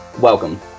Welcome